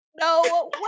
No